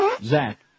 Zach